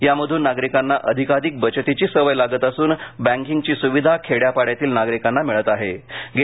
यामधून नागरिकांना अधिकाधिक बचतीची सवय लागत असून बँकींगची सुविधा खेड्यापाड्यातील नागरिकांना मिळत ीहे